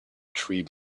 tree